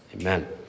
Amen